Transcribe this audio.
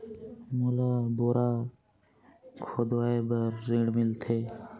मोला बोरा खोदवाय बार ऋण मिलथे?